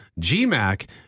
gmac